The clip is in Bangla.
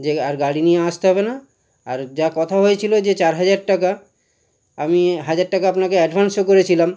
যে আর গাড়ি নিয়ে আসতে হবে না আর যা কথা হয়েছিল যে চার হাজার টাকা আমি হাজার টাকা আপনাকে অ্যাডভান্সও করেছিলাম